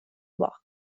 باخت